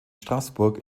straßburg